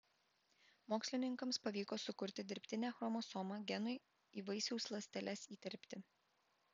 mokslininkams pavyko sukurti dirbtinę chromosomą genui į vaisiaus ląsteles įterpti